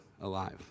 alive